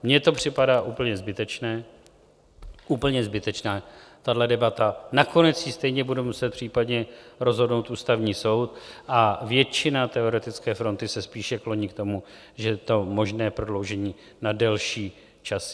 Mně to připadá úplně zbytečné, úplně zbytečná tahle debata, nakonec ji stejně bude muset případně rozhodnout Ústavní soud, a většina teoretické fronty se spíše kloní k tomu, že to možné prodloužení na delší čas je.